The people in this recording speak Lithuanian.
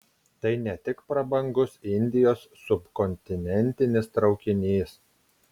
tai ne tik prabangus indijos subkontinentinis traukinys